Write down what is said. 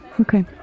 Okay